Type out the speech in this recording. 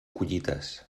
collites